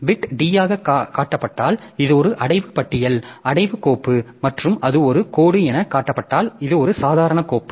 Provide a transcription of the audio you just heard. bit d ஆக காட்டப்பட்டால் இது ஒரு அடைவு பட்டியல் அடைவு கோப்பு மற்றும் அது ஒரு கோடு எனக் காட்டப்பட்டால் இது ஒரு சாதாரண கோப்பு